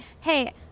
hey